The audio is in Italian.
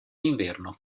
inverno